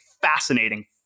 fascinating